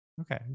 Okay